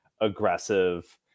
aggressive